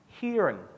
hearing